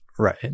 Right